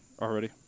already